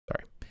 Sorry